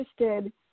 interested